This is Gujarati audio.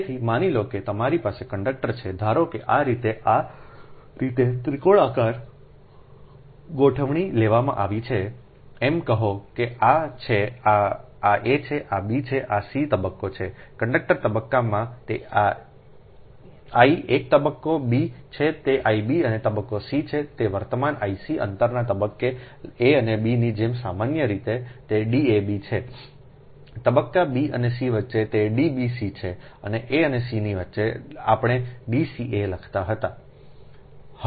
તેથી માની લો કે તમારી પાસે કંડક્ટર છે ધારો કે આ રીતે આ રીતે ત્રિકોણાકાર ગોઠવણી લેવામાં આવી છે m કહો કે આ a છે આ b છે અને આ c તબક્કો છે કંડક્ટર તબક્કામાં તે I એક તબક્કો b છે તે I b અને તબક્કો c છે તે વર્તમાન I c અંતરના તબક્કે a અને b ની જેમ સામાન્ય રીતે તે D ab છે તબક્કા b અને c વચ્ચે તે D bc છે અને a અને c ની વચ્ચે આપણે D ca લખતા હતા